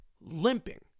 limping